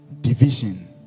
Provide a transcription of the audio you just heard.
division